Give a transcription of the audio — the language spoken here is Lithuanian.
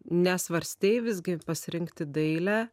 nesvarstei visgi pasirinkti dailę